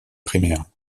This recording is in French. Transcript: primaires